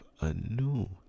anew